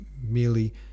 merely